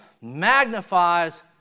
magnifies